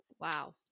Wow